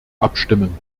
abstimmen